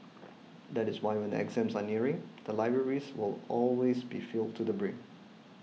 that is why when the exams are nearing the libraries will always be filled to the brim